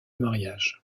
mariage